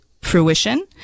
fruition